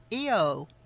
Io